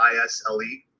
I-S-L-E